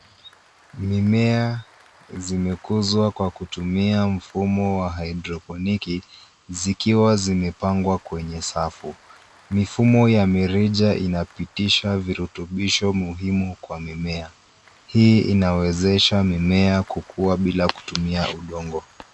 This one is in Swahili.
Mimea zimekuzwa kwa kutumia mfumo wa haidroponiki zikiwa zimepangwa kwenye safu. Mifumo ya mirija inapitisha virutubisho muhimu kwa mimea. Hii inawezesha mimea kukua bila kutumia udongo.